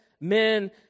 men